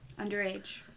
underage